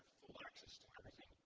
but access to everything.